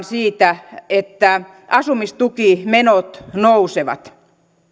siitä että asumistukimenot nousevat